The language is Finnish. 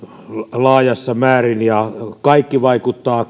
laajassa määrin kaikki vaikuttaa